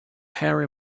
harry